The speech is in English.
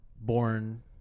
Born